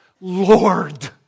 Lord